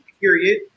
period